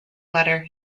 letter